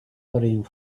hurrying